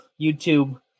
YouTube